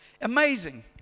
amazing